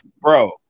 bro